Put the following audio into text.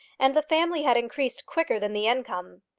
and the family had increased quicker than the income.